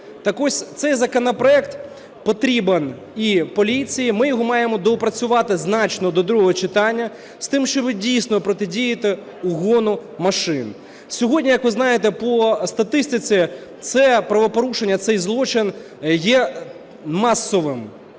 Так ось цей законопроект потрібен і поліції. Ми його маємо доопрацювати значно до другого читання з тим, щоби дійсно протидіяти угону машин. Сьогодні, як ви знаєте по статистиці, це правопорушення, цей злочин, є масовим,